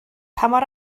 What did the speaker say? mor